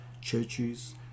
churches